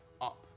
up